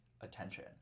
attention